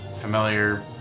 familiar